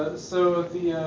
so, the